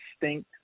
distinct